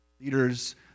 leaders